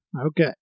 Okay